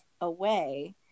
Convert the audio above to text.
away